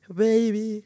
baby